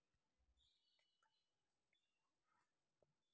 ఇది చాలా సులభమైనది మరియు త్వరితగతిన ఉపయోగించడం